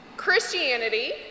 Christianity